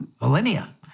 millennia